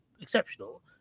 exceptional